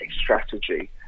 strategy